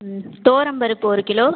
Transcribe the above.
ம் துவரம் பருப்பு ஒரு கிலோ